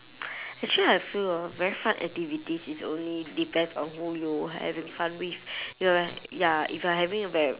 actually I feel a very fun activities is only depends on who you having fun with you're uh ya if you're having a very